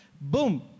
Boom